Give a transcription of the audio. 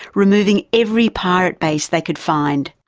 removing every pirate base they could find.